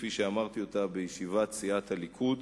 כפי שאמרתי אותה בישיבת סיעת הליכוד.